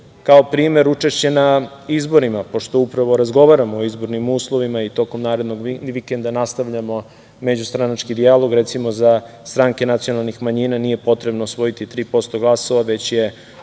kao primer učešća na izborima, pošto upravo razgovaramo o izbornim uslovima i tokom narednog vikenda nastavljamo međustranački dijalog. Recimo, za stranke nacionalnih manjina nije potrebno osvojiti 3% glasa, već je